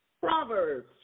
Proverbs